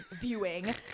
viewing